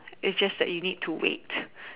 is just that you need to wait